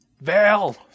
Val